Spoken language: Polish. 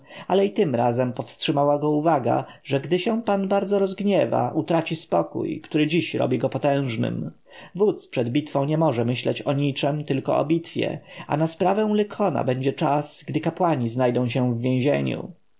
ale i tym razem powstrzymała go uwaga że gdy się pan bardzo rozgniewa utraci spokój który dziś robi go potężnym wódz przed bitwą nie może myśleć o niczem tylko o bitwie a na sprawę lykona będzie czas gdy kapłani znajdą się w więzieniu